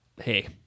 hey